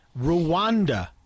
Rwanda